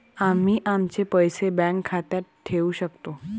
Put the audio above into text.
आम्ही आमचे पैसे बँक खात्यात ठेवू शकतो